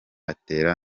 atera